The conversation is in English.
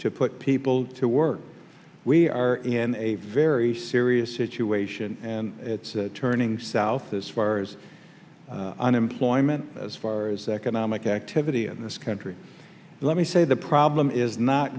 to put people to work we are in a very serious situation and it's turning south as far as unemployment as far as the economic activity in this country let me say the problem is not